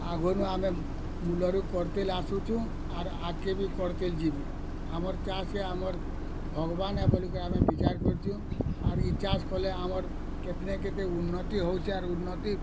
ଆଗନୁ ଆମେ ମୂଲରୁ କର୍ତେଲ୍ ଆସୁଛୁଁ ଆର୍ ଆଗ୍କେ କର୍ତେ ଯିବୁଁ ଆମର୍ ଚାଷୀ ଆମର୍ ଭଗବାନ୍ ବୋଲି କେ ବିଚାର୍ କରିଛୁ ଆର୍ ଇଚାଷ୍ କଲେ ଆମର୍ କେବେ ନା କେବେ ଉନ୍ନତି ହଉଛି ଆର୍ ଉନ୍ନତି